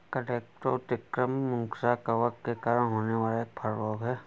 colletotrichum musae कवक के कारण होने वाला एक फल रोग है